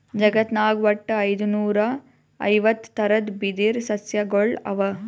ಜಗತ್ನಾಗ್ ವಟ್ಟ್ ಐದುನೂರಾ ಐವತ್ತ್ ಥರದ್ ಬಿದಿರ್ ಸಸ್ಯಗೊಳ್ ಅವಾ